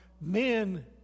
men